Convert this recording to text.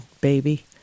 baby